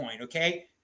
Okay